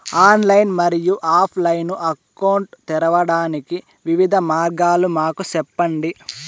Online మరియు offline account తెరవడానికి వివిధ మార్గాలు మాకు సెప్పండి?